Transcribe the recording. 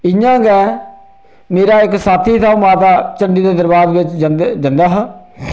इ'यां गै मेरे इक साथी था ओह् माता चंडी दे दरबार बिच्च जंदे जंदा हा